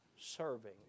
serving